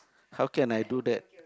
how can I do that